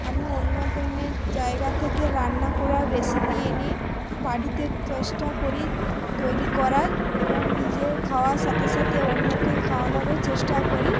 আমি অন্যজনের জায়গা থেকে রান্না করার রেসিপি এনে বাড়িতে চেষ্টা করি তৈরি করার এবং নিজে খাওয়ার সাথে সাথে অন্যকে খাওয়ানোরও চেষ্টা করি